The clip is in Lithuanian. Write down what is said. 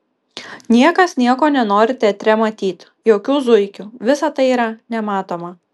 niekas nieko nenori teatre matyt jokių zuikių visa tai yra nematoma